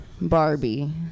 Barbie